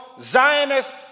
Zionist